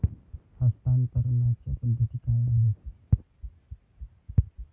हस्तांतरणाच्या पद्धती काय आहेत?